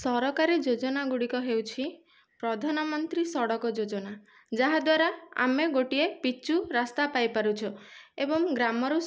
ସରକାରୀ ଯୋଜନା ଗୁଡ଼ିକ ହେଉଛି ପ୍ରଧାନମନ୍ତ୍ରୀ ସଡ଼କ ଯୋଜନା ଯାହା ଦ୍ୱାରା ଆମେ ଗୋଟିଏ ପିଚୁ ରାସ୍ତା ପାଇପାରୁଛୁ ଏବଂ ଗ୍ରାମରୁ